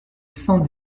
cent